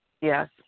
yes